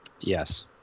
Yes